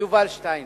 יובל שטייניץ,